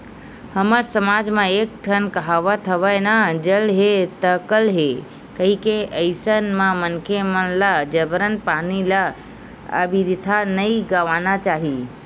हमर समाज म एक ठन कहावत हवय ना जल हे ता कल हे कहिके अइसन म मनखे मन ल जबरन पानी ल अबिरथा नइ गवाना चाही